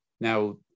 now